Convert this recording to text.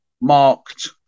marked